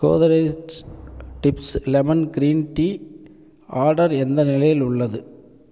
Godrej tips lemon green tea order எந்த நிலையில் உள்ளது